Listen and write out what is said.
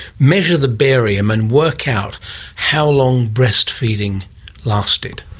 measure the barium and work out how long breastfeeding lasted.